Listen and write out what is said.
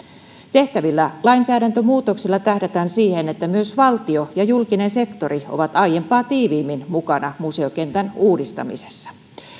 tehtävillä lainsäädäntömuutoksilla tähdätään siihen että myös valtio ja julkinen sektori ovat aiempaa tiiviimmin mukana museokentän uudistamisessa